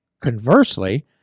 conversely